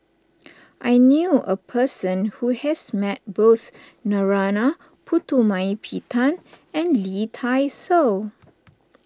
I knew a person who has met both Narana Putumaippittan and Lee Dai Soh